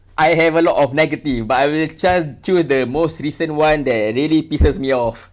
I have a lot of negative but I will just choose the most recent [one] that really pisses me off